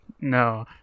No